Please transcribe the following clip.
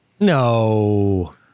No